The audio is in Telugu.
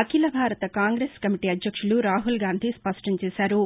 అఖిలభారత కాంగ్రెస్ కమిటీ అధ్యక్షులు రాహుల్గాంధీ స్పష్టంచేశారు